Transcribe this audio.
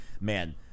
man